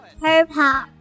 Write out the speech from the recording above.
Purple